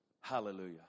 Hallelujah